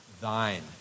thine